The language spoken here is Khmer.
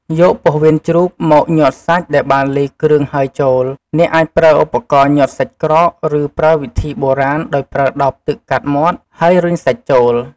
យកពោះវៀនជ្រូកមកញាត់សាច់ដែលបានលាយគ្រឿងហើយចូល អ្នកអាចប្រើឧបករណ៍ញាត់សាច់ក្រក ឬប្រើវិធីបុរាណដោយប្រើដបទឹកកាត់មាត់ ហើយរុញសាច់ចូល។